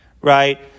right